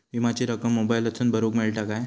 विमाची रक्कम मोबाईलातसून भरुक मेळता काय?